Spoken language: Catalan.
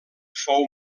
fou